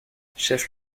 chef